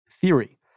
theory